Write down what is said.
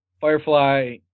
Firefly